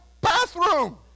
bathroom